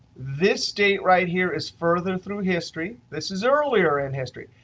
this date right here is further through history, this is earlier in history.